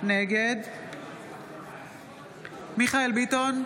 נגד מיכאל מרדכי ביטון,